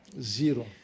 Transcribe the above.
Zero